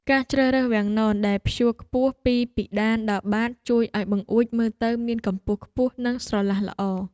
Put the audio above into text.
ការជ្រើសរើសវាំងននដែលព្យួរខ្ពស់ពីពិដានដល់បាតជួយឱ្យបង្អួចមើលទៅមានកម្ពស់ខ្ពស់និងស្រឡះល្អ។